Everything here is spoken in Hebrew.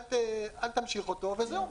אל תמשיך אותו, וזהו.